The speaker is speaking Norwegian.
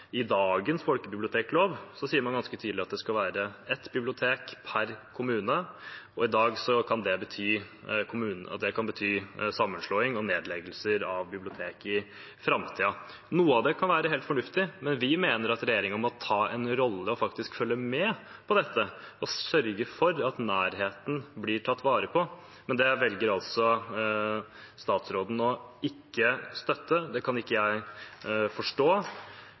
det skal være ett bibliotek per kommune, og det kan bety sammenslåing og nedleggelse av bibliotek i framtiden. Noe av det kan være helt fornuftig, men vi mener at regjeringen må ta en rolle, faktisk følge med på dette og sørge for at nærheten blir tatt vare på. Men det velger altså statsråden ikke å støtte. Det kan ikke jeg forstå,